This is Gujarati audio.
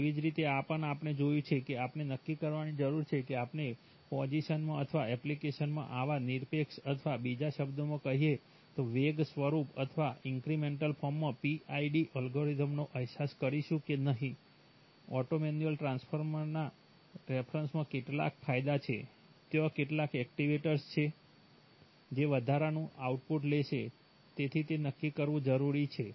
તેવી જ રીતે આ પણ આપણે જોયું છે કે આપણે નક્કી કરવાની જરૂર છે કે આપણે પોઝિશનમાં અથવા એપ્લિકેશનમાં અથવા નિરપેક્ષ અથવા બીજા શબ્દોમાં કહીએ તો વેગ સ્વરૂપ અથવા ઇન્ક્રીમેન્ટલ ફોર્મમાં PID અલ્ગોરિધમનો અહેસાસ કરીશું કે નહીં ઓટો મેન્યુઅલ ટ્રાન્સફરના રેફરન્સમાં કેટલાક ફાયદા છે ત્યાં કેટલાક એક્ટિવેટર છે જે વધારાનું આઉટપુટ લેશે તેથી તે નક્કી કરવાની જરૂર છે